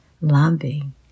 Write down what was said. loving